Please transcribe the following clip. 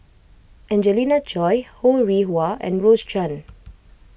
Angelina Choy Ho Rih Hwa and Rose Chan